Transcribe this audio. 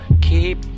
keep